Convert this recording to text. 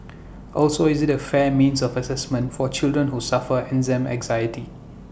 also is IT A fair means of Assessment for children who suffer exam anxiety